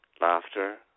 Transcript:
laughter